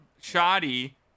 shoddy